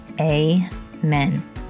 amen